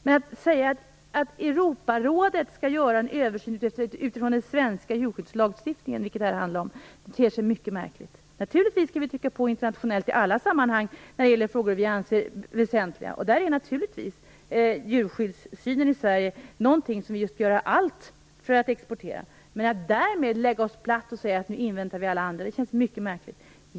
Men att säga att Europarådet skall göra en översyn utifrån den svenska jordbrukslagstiftningen, som det här handlar om, ter sig mycket märkligt. Naturligtvis skall vi trycka på internationellt i alla sammanhang i frågor som vi anser väsentliga, och vi skall göra allt för att exportera den svenska djurskyddssynen. Men att vi skulle lägga oss platt och säga att vi nu inväntar alla andra skulle kännas mycket märkligt.